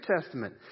Testament